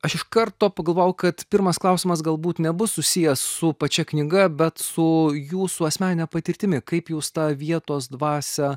aš iš karto pagalvojau kad pirmas klausimas galbūt nebus susijęs su pačia knyga bet su jūsų asmenine patirtimi kaip jūs tą vietos dvasią